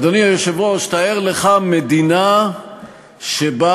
אדוני היושב-ראש, תאר לך מדינה שבה